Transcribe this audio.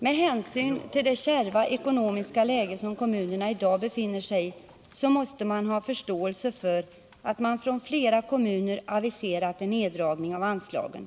Med hänsyn till det kärva ekonomiska läge som kommunerna i dag befinner sig i måste man ha förståelse för att flera kommuner aviserat en neddragning av anslagen.